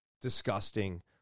disgusting